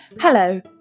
Hello